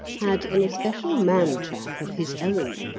had an especial man-trap of his own,